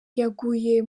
yaguye